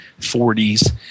40s